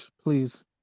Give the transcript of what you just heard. please